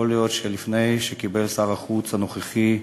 יכול להיות שלפני שקיבל שר החוץ הנוכחי,